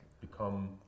become